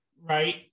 right